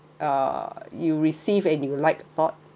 uh you receive and you like thought